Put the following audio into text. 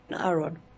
Aaron